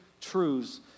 truths